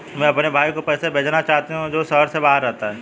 मैं अपने भाई को पैसे भेजना चाहता हूँ जो शहर से बाहर रहता है